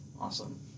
Awesome